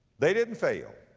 they didn't fail.